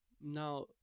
Now